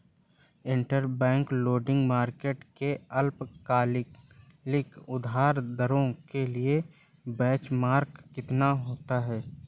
Interbank lending market में अल्पकालिक उधार दरों के लिए बेंचमार्क कितना होता है?